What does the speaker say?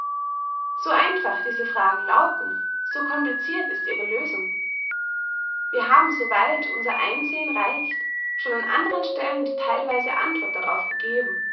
so einfach diese fragen lauten so komplicirt ist ihre lösung wir haben so weit unser einsehen reicht schon an andern stellen die theilweise antwort darauf gegeben